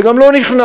וגם לא נכנעת,